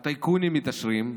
הטייקונים מתעשרים,